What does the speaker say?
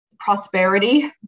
prosperity